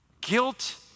Guilt